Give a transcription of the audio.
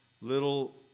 little